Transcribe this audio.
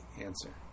answer